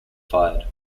fired